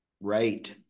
right